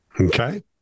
Okay